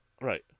Right